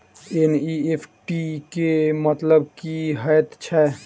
NEFT केँ मतलब की हएत छै?